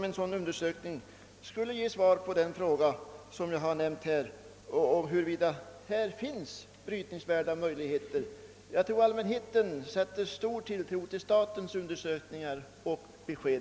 En sådan undersökning skulle också ge svar på den fråga jag har ställt, nämligen huruvida här finns brytningsvärd malm. På den punkten är jag mera optimistisk i dag efter statsrådets svar. Jag tror allmänheten sätter stor tilltro till statens undersökningar och besked.